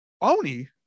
Oni